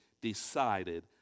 decided